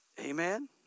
Amen